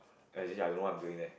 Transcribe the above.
as in I don't know what I'm doing there